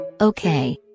Okay